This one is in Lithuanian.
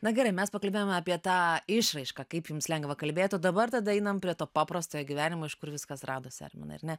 na gerai mes pakalbėjome apie tą išraišką kaip jums lengva kalbėt o dabar tada einame prie to paprasto gyvenimo iš kur viskas radosi arminai ar ne